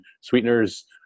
sweeteners